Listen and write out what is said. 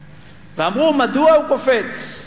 ואמרו, מדוע הוא קופץ?